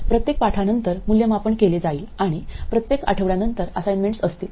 प्रत्येक पाठानंतर मूल्यमापन केले जाईल आणि प्रत्येक आठवड्यानंतर असाइनमेंट्स असतील